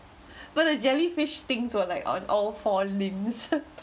when the jellyfish things were like on all four limbs